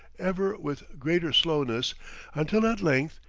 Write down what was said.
ever with greater slowness until at length,